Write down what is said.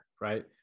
Right